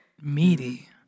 Meaty